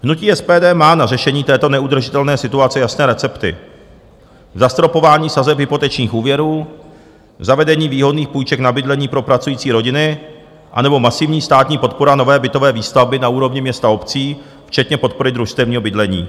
Hnutí SPD má na řešení této neudržitelné situace jasné recepty: zastropování sazeb hypotečních úvěrů, zavedení výhodných půjček na bydlení pro pracující rodiny anebo masivní státní podpora nové bytové výstavby na úrovni měst a obcí včetně podpory družstevního bydlení.